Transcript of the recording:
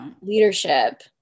leadership